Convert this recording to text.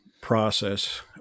process